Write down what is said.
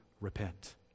repent